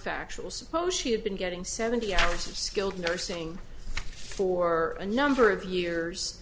factual suppose she had been getting seventy hours of skilled nursing for a number of years